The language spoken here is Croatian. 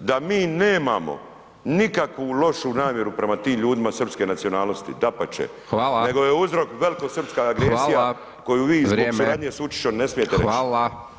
da mi nemamo nikakvu lošu namjeru prema tim ljudima srpske nacionalnosti, dapač [[Upadica: Hvala]] nego je uzrok velikosrpska agresija [[Upadica: Hvala]] koju vi [[Upadica: Vrijeme]] zbog suradnje s Vučićom ne smijete reć.